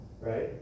right